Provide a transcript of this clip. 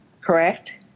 correct